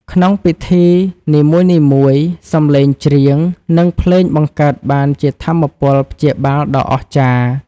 ក្នុងពិធីនីមួយៗ សំឡេងចម្រៀង និងភ្លេងបង្កើតបានជាថាមពលព្យាបាលដ៏អស្ចារ្យ។